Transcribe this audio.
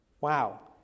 Wow